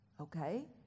Okay